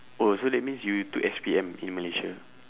oh so that means you took S_P_M in malaysia